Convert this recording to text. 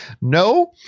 No